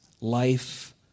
life